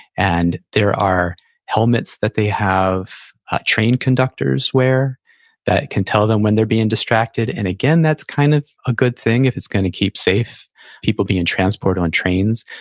and there are helmets that they have train conductors wear that can tell them when they're being distracted, and again, that's kind of a good thing if it's going to keep safe people being transported on trains.